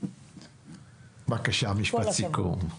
בבקשה, משפט סיכום.